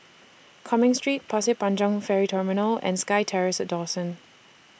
Cumming Street Pasir Panjang Ferry Terminal and SkyTerrace Dawson